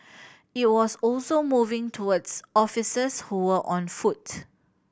it was also moving towards officers who were on foot